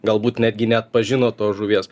galbūt netgi neatpažino tos žuvies